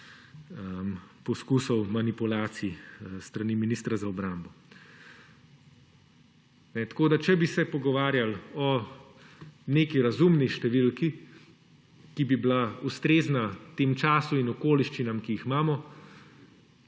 poskusov manipulacij s strani ministra za obrambo. Če bi se pogovarjali o neki razumni številki, ki bi bila ustrezna temu času in okoliščinam, ki jih imamo